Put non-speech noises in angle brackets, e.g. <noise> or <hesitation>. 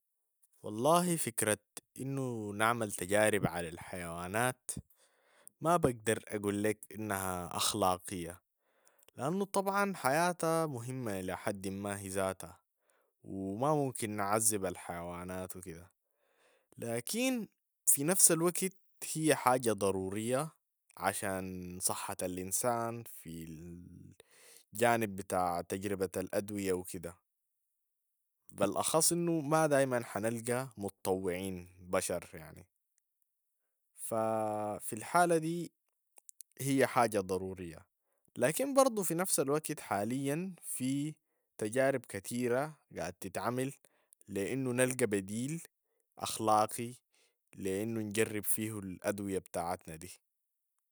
والله فكرة إنو نعمل تجارب على الحيوانات ما بقدر أقول لك إنها أخلاقية، لأنو طبعا حياتها مهمة لحد ما هي ذاتها و ما ممكن نعذب الحيوانات و كده، لكن في نفس الوقت هي حاجة ضرورية عشان <hesitation> صحة الإنسان في ال- <hesitation> جانب بتاع تجربة الأدوية و كده، بلأخص إنو ما دايما حنلقى متطوعين بشر يعني ف- <hesitation> في الحالة دي هي حاجة ضرورية، لكن برضو في نفس الوقت حالياً في تجارب كتيرة قاعد تتعمل لأنو نلقى بديل أخلاقي لأنو نجرب فيه الأدوية بتاعتنا دي.